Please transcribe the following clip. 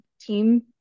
team